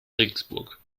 regensburg